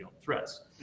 threats